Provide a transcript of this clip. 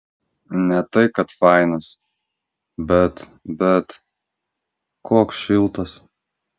ne tai kad fainas bet bet koks šiltas